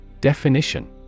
Definition